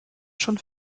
schon